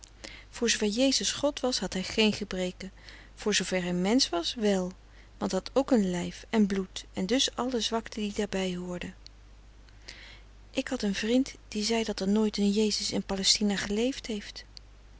voor zoover jezus god was had hij geen gebreken voor zoover hij mensch was wèl want hij had ook een lijf en bloed en dus alle zwakten die daarbij hoorden ik had een vrind die zei dat er nooit een jezus in palaestina geleefd heeft